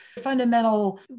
fundamental